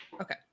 Okay